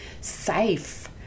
safe